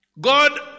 God